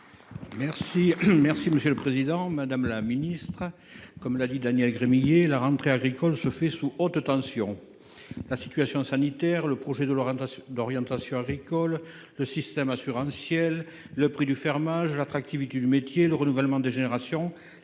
M. Jean Claude Anglars. Madame la ministre, comme l’a dit Daniel Gremillet, la rentrée agricole se fait sous haute tension. La situation sanitaire, le projet de loi d’orientation agricole, le système assurantiel, le prix du fermage, l’attractivité du métier, le renouvellement des générations